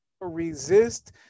resist